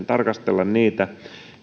tarkastella niitä